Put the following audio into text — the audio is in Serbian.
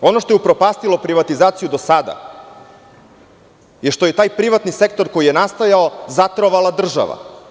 Ono što je upropastilo privatizaciju do sadaje što je taj privatni sektor koji je nastojao zatrovala država.